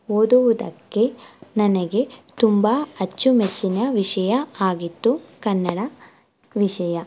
ಓದುವುದಕ್ಕೆ ನನಗೆ ತುಂಬ ಅಚ್ಚುಮೆಚ್ಚಿನ ವಿಷಯ ಆಗಿತ್ತು ಕನ್ನಡ ವಿಷಯ